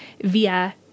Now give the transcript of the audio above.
via